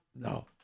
no